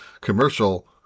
Commercial